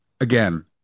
again